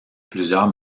plusieurs